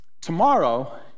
tomorrow